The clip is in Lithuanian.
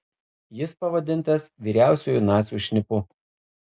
jis pavadintas vyriausiuoju nacių šnipu